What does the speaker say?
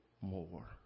more